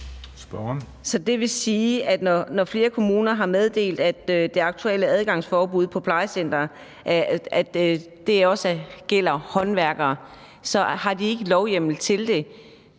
det vil sige, at når flere kommuner har meddelt, at det aktuelle adgangsforbud på plejecentre også gælder håndværkere, så har de ikke lovhjemmel til det,